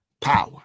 power